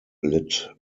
litt